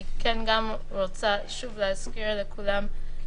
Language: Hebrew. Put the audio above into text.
אני כן גם רוצה שוב להזכיר לכולם,